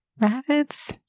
Rabbits